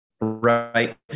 right